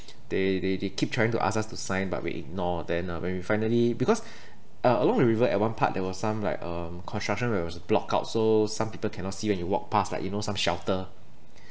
they they they keep trying to ask us to sign but we ignore then uh when we finally because uh along the river at one part there was some like uh construction where it was block out so some people cannot see when you walk past like you know some shelter